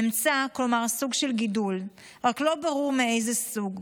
ממצא, כלומר סוג של גידול, רק לא ברור מאיזה סוג.